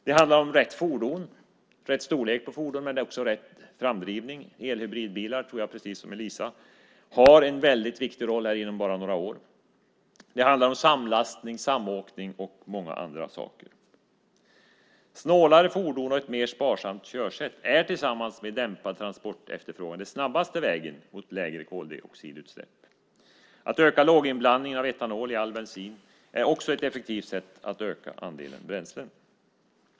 Det handlar om rätt fordon och rätt storlek på fordon, men också om rätt framdrivning. Precis som Eliza Roszkowska Öberg tror jag att elhybridbilar kommer att få en väldigt viktig roll inom bara några år. Det handlar om samlastning, samåkning och många andra saker. Snålare fordon och ett mer sparsamt körsätt är tillsammans med dämpad transportefterfrågan den snabbaste vägen mot lägre koldioxidutsläpp. Att öka låginblandningen av etanol i all bensin är också ett effektivt sätt att öka andelen förnybara bränslen.